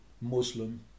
Muslim